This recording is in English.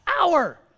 hour